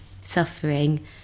suffering